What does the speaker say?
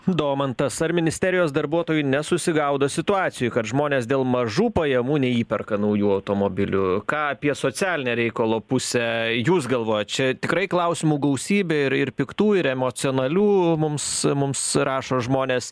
domantas ar ministerijos darbuotojai nesusigaudo situacijoj kad žmonės dėl mažų pajamų neįperka naujų automobilių ką apie socialinę reikalo pusę jūs galvojat čia tikrai klausimų gausybė ir ir piktų ir emocionalių mums mums rašo žmonės